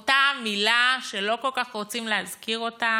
אותה מילה שלא כל כך רוצים להזכיר אותה,